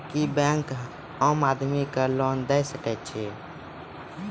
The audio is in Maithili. क्या बैंक आम आदमी को लोन दे सकता हैं?